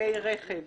כלי רכב